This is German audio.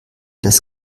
das